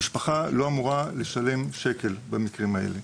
המשפחה לא אמורה לשלם שקל במקרים האלה.